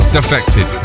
Defected